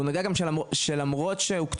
הוא נגע גם בזה שלמרות שהוקצו,